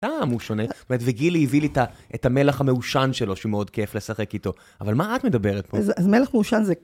וגילי הביא לי את המלח המעושן שלו, שמאוד כיף לשחק איתו. אבל מה את מדברת פה? אז מלח מעושן זה...